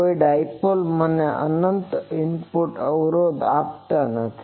કોઈ ડાઇપોલ મને અનંત ઇનપુટ અવરોધ આપતી નથી